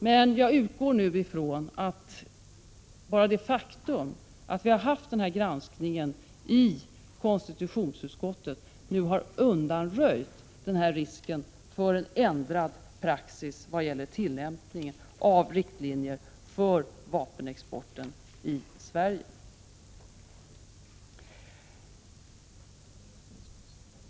Men jag utgår nu från att bara det faktum att vi har haft denna granskning i konstitutionsutskottet har undanröjt risken för en ändrad praxis vad gäller tillämpningen av riktlinjerna för vapenexporten från Sverige.